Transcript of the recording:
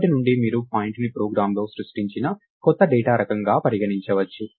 ఇప్పటి నుండి మీరు పాయింట్ ని ప్రోగ్రామ్లో సృష్టించిన కొత్త డేటా రకంగా పరిగణించవచ్చు